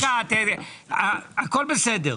הכול בסדר,